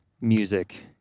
music